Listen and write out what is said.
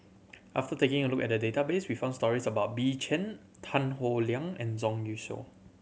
after taking a look at the database we found stories about Bill Chen Tan Howe Liang and Zhang Youshuo